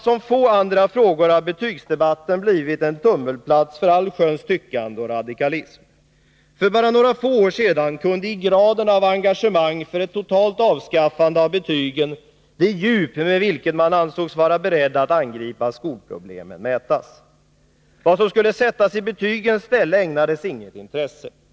Som få andra frågor har betygsdebatten blivit en tummelplats för allsköns tyckande och radikalism. För bara några få år sedan kunde i graden av engagemang för ett totalt avskaffande av betygen det djup med vilket man ansågs vara beredd att angripa skolproblemen mätas. Vad som skulle sättas i betygens ställe ägnades föga intresse.